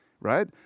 right